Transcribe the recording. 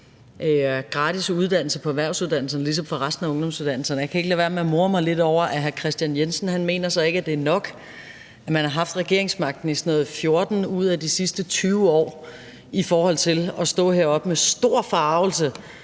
gratis uddannelse på erhvervsuddannelserne, ligesom det gælder for resten af ungdomsuddannelserne. Jeg kan ikke lade være med at more mig lidt over, at hr. Kristian Jensen så ikke mener, at det er nok, at man har haft regeringsmagten i sådan noget som 14 ud af de sidste 20 år, altså i forhold til at man står heroppe og taler med stor forargelse